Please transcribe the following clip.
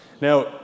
Now